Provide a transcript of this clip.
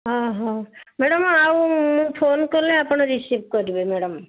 ଓହୋ ମ୍ୟାଡ଼ାମ୍ ଆଉ ମୁଁ ଫୋନ୍ କଲେ ଆପଣ ରିସିଭ୍ କରିବେ ମ୍ୟାଡ଼ାମ୍